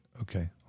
Okay